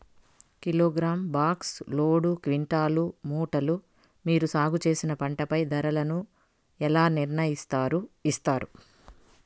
Kilogram, box, load, quintal, మూటలు మీరు సాగు చేసిన పంటపై ధరలను ఎలా నిర్ణయిస్తారు యిస్తారు?